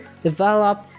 develop